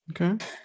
Okay